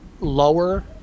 lower